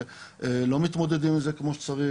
הם לא מתמודדים עם זה כמו שצריך,